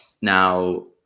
now